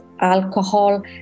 alcohol